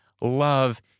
love